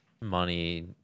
money